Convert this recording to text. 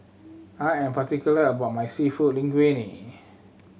I am particular about my Seafood Linguine